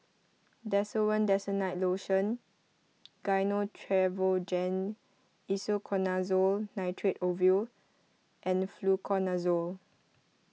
Desowen Desonide Lotion Gyno Travogen Isoconazole Nitrate Ovule and Fluconazole